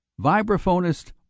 vibraphonist